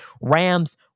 Rams